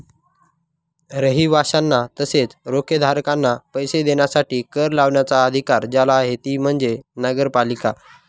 रहिवाशांना तसेच रोखेधारकांना पैसे देण्यासाठी कर लावण्याचा अधिकार ज्याला आहे ती म्हणजे नगरपालिका